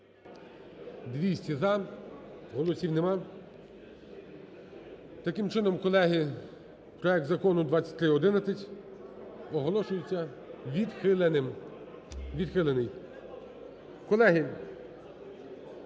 За-200 Голосів нема. Таким чином, колеги, проект Закону 2311 оголошується відхиленим,